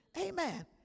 Amen